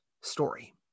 story